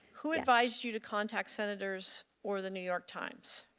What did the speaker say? who advised you to contact senators or the new york times?